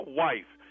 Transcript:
wife